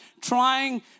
trying